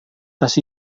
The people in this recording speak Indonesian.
tas